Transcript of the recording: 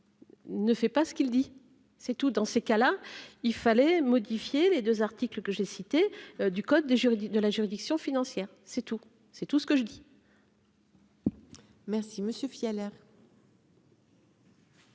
Ne fait pas ce qu'il dit c'est tout dans ces cas-là, il fallait modifier les 2 articles que j'ai cité du code de juridique de la juridiction financière, c'est tout, c'est tout ce que je dis. Merci monsieur fier.